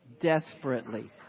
desperately